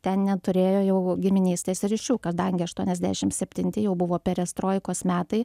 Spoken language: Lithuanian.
ten neturėjo jau giminystės ryšių kadangi aštuoniasdešimt septinti jau buvo perestroikos metai